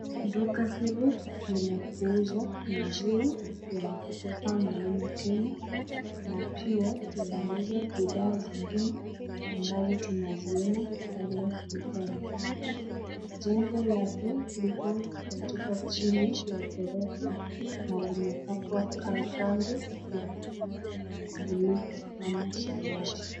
Duka hili ni la kuuza maziwa ya kutoka mlima Kenya na pia wanauza bidhaa zingine ambazo tunaziona pale dukani. Jengo lake liko katika chini ya gorofa na limepakwa rangi ya buluu ama samawati.